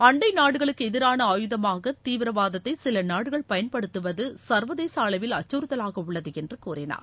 அண்டை நாடுகளுக்கு எதிரான ஆயுதமாக தீவிரவாதத்தை சில நாடுகள் பயன்படுத்துவது சர்வதேச அளவில் அச்சுறுத்தவாக உள்ளது என்று கூறினார்